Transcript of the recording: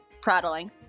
prattling